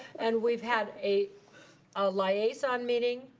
and we've had a ah liaison meeting,